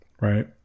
right